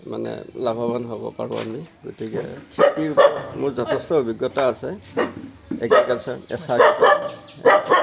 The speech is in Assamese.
মানে লাভৱান হ'ব পাৰোঁ আমি গতিকে খেতিৰ ওপৰত মোৰ যথেষ্ট অভিজ্ঞতা আছে